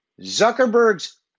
Zuckerberg's